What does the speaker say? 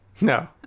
No